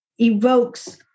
evokes